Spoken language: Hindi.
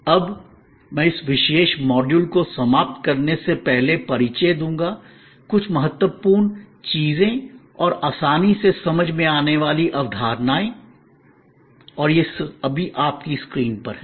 अब मैं इस विशेष मॉड्यूल को समाप्त करने से पहले परिचय दूंगा कुछ महत्वपूर्ण चीजें और आसानी से समझ में आने वाली अवधारणाएं और यह अभी आपकी स्क्रीन पर है